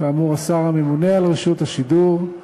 כאמור, השר הממונה על רשות השידור,